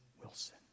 Wilson